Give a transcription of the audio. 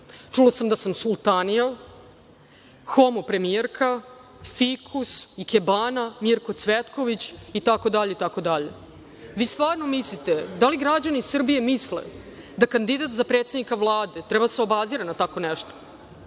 Čula sam da sam sultanija, homopremijerka, fikus, ikebana, Mirko Cvetković itd. itd. Vi stvarno mislite, da li građani Srbije misle da kandidat za predsednika Vlade treba da se obazire na tako nešto? Ja